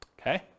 okay